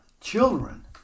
children